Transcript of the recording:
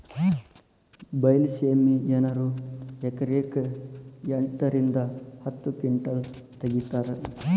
ಬೈಲಸೇಮಿ ಜನರು ಎಕರೆಕ್ ಎಂಟ ರಿಂದ ಹತ್ತ ಕಿಂಟಲ್ ತಗಿತಾರ